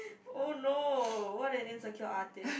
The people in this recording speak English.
oh no what an insecure artist